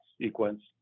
sequence